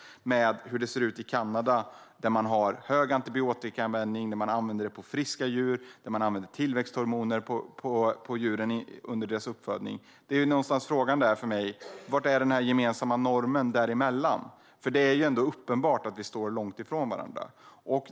I Kanada har man hög antibiotikaanvändning även för friska djur. Man använder tillväxthormoner under djurens uppfödning. Frågan för mig blir: Vad är den gemensamma normen däremellan? Det är ju ändå uppenbart att vi står långt ifrån varandra.